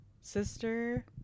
sister